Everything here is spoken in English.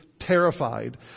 terrified